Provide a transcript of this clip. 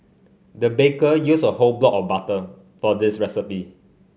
the baker used a whole block of butter for this recipe